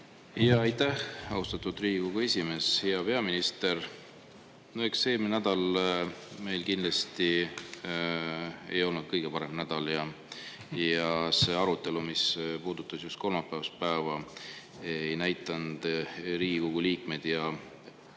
Aitäh, austatud Riigikogu esimees! Hea peaminister! No eelmine nädal meil kindlasti ei olnud kõige parem nädal. See arutelu, mis puudutas just kolmapäevast päeva, ei näidanud Riigikogu liikmeid